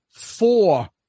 Four